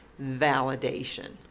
validation